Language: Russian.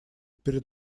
перед